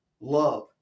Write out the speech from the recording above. love